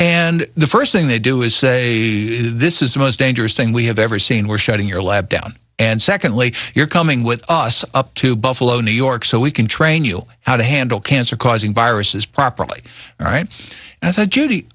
and the first thing they do is say this is the most dangerous thing we have ever seen or shot in your lab down and secondly you're coming with us up to buffalo new york so we can train you how to handle cancer causing viruses properly all right a